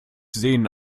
sehen